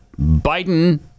Biden